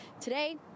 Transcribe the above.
today